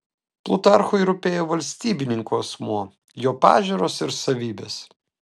plutarchui rūpėjo valstybininko asmuo jo pažiūros ir savybės